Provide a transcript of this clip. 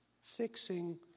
fixing